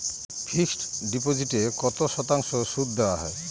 Fixed ডিপোজিটে কত শতাংশ সুদ দেওয়া হয়?